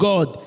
God